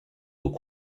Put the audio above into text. vos